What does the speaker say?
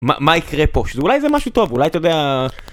מה יקרה פה, שזה אולי זה משהו טוב, אולי אתה יודע...